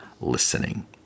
listening